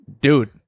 dude